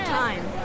time